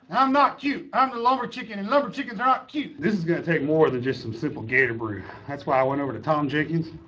i'm not cute, i'm the lumber chicken and lumber chickens are not cute! this is gonna take more than just some simple gator brew, that's why i went over to tom jenkins.